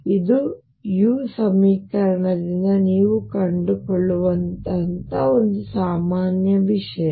ಆದರೆ ಇದು u ಸಮೀಕರಣದಿಂದ ನೀವು ಕಂಡುಕೊಳ್ಳುವ ಸಾಮಾನ್ಯ ವಿಷಯ